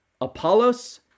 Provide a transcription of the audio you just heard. Apollos